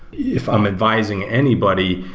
if i'm advising anybody,